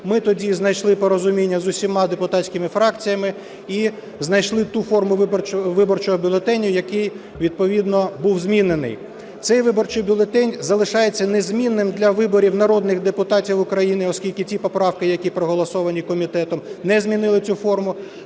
Ми тоді знайшли порозуміння з усіма депутатськими фракціями і знайшли ту форму виборчого бюлетеню, який відповідно був змінений. Цей виборчий бюлетень залишається незмінним для виборів народних депутатів України, оскільки ті поправки, які проголосовані комітетом, не змінили цю форму.